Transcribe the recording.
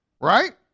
right